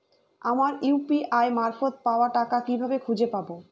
আমার ইউ.পি.আই মারফত পাওয়া টাকা কিভাবে খুঁজে পাব?